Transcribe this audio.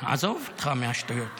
עזוב אותך מהשטויות.